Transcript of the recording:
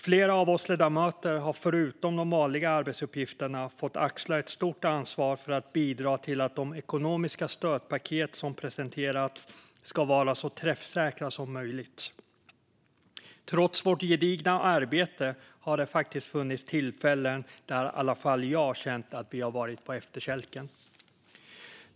Flera av oss ledamöter har förutom de vanliga arbetsuppgifterna fått axla ett stort ansvar för att bidra till att de ekonomiska stödpaket som har presenterats ska vara så träffsäkra som möjligt. Trots vårt gedigna arbete har det faktiskt funnits tillfällen där i alla fall jag har känt att vi har hamnat på efterkälken.